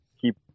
keep